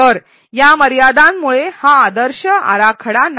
तर या मर्यादांमुळे हा आदर्श आराखडा नाही